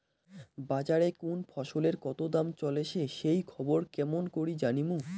বাজারে কুন ফসলের কতো দাম চলেসে সেই খবর কেমন করি জানীমু?